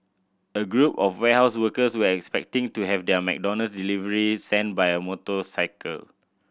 a group of warehouse workers were expecting to have their McDonald's delivery sent by a motor cycle